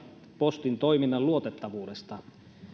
postin toiminnan luotettavuudesta